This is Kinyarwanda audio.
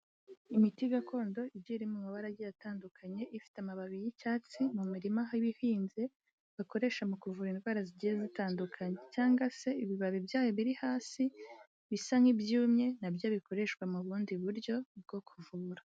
Imiti gakondo igiye iri mu mabara agiye atandukanye, ifite amababi y'icyatsi mu mirima aho iba ihinze bakoresha mu kuvura indwara zigiye zitandukanye, cyangwa se ibibabi byayo biri hasi bisa nk'ibyumye na byo bikoreshwa mu bundi buryo bwo kuvura.